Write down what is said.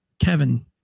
Kevin